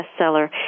bestseller